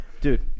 dude